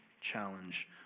challenge